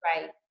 Right